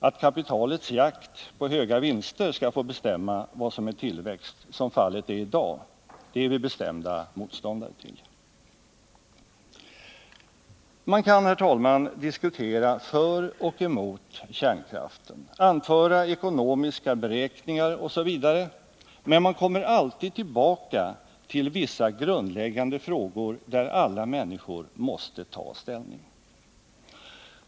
Att kapitalets jakt på höga vinster skall få bestämma vad som är tillväxt, som fallet är i dag, är vi bestämda motståndare till. Man kan, herr talman, diskutera för och emot kärnkraften, anföra ekonomiska beräkningar osv., men man kommer alltid tillbaka till vissa grundläggande frågor, där alla människor måste ta ställning.